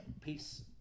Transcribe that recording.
peace